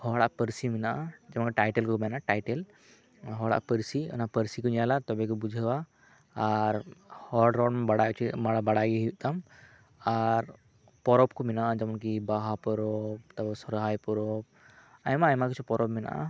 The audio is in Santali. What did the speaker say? ᱦᱚᱲᱟᱜ ᱯᱟᱹᱨᱤᱥ ᱢᱮᱱᱟᱜᱼᱟ ᱡᱮᱢᱚᱱ ᱴᱟᱭᱴᱮᱞ ᱠᱚ ᱢᱮᱱᱟ ᱴᱟᱭᱴᱮᱞ ᱦᱚᱲᱟᱜ ᱯᱟᱹᱨᱤᱥ ᱚᱱᱟ ᱯᱟᱹᱨᱤᱥ ᱠᱚ ᱧᱮᱞᱟ ᱛᱚᱵᱮ ᱠᱚ ᱵᱩᱡᱷᱟᱹᱣᱟ ᱟᱨ ᱦᱚᱲ ᱨᱚᱲ ᱵᱟᱲᱟᱭ ᱪᱚ ᱢᱟᱱᱮ ᱵᱟᱲᱟᱭ ᱜᱮ ᱦᱩᱭᱩᱜ ᱛᱟᱢ ᱟᱨ ᱯᱚᱨᱚᱵᱽ ᱠᱚ ᱢᱮᱱᱟᱜᱼᱟ ᱡᱮᱢᱚᱱ ᱠᱤ ᱵᱟᱦᱟ ᱯᱚᱨᱚᱵᱽ ᱛᱟᱨᱯᱚᱨ ᱥᱚᱦᱚᱨᱟᱭ ᱯᱚᱨᱚᱵᱽ ᱟᱭᱢᱟ ᱟᱭᱢᱟ ᱠᱤᱪᱷᱩ ᱯᱚᱨᱚᱵᱽ ᱢᱮᱱᱟᱜᱼᱟ